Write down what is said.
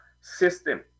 system